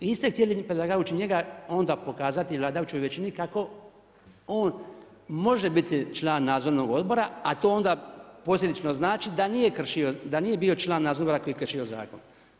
Vi ste htjeli predlagajući njega onda pokazati vladajućoj većini kako on može biti član nadzornog odbora a to onda posljedično znači da nije kršio, da nije bio član nadzornog odbora koji je kršio zakon.